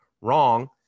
wrong